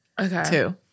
Okay